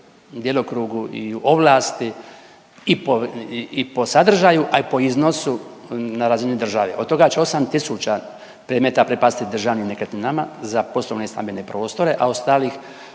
djelokrugu i u ovlasti i po sadržaju, a i po iznosu na razini države. Od toga će 8 tisuća predmeta, prebaciti Državnim nekretninama za poslovne i stambene prostore, a ostalih